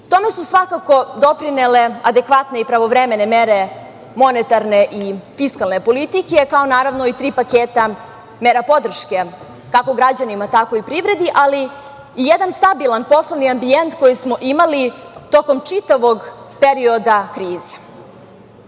Tome su svakako doprinele adekvatne i pravovremene mere monetarne i fiskalne politike, kao, naravno, i tri paketa mera podrške, kako građanima tako i privredi, ali i jedan stabilan poslovni ambijent koji smo imali tokom čitavog perioda